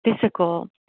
physical